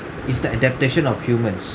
it's the adaptation of humans